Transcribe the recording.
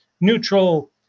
neutral